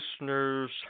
listeners